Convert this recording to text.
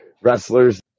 wrestlers